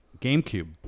GameCube